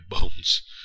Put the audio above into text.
bones